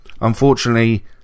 Unfortunately